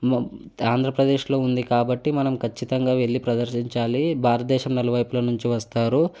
ఆంధ్రప్రదేశ్లో ఉంది కాబట్టి మనం ఖచ్చితంగా వెళ్ళి ప్రదర్శించాలి భారతదేశం నలువైపుల నుంచి వస్తారు